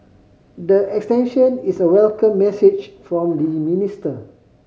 the extension is a welcome message from the minister